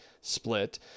split